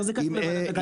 איך זה קשור לכלכלה?